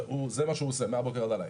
זה מה שהוא עושה מהבוקר עד הלילה.